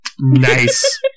Nice